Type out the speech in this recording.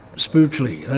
spiritually,